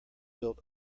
built